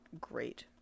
great